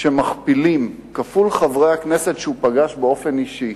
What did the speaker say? כשמכפילים את מספר חברי הכנסת שהוא פגש באופן אישי,